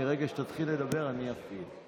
ברגע שתתחיל לדבר אני אפעיל.